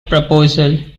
proposal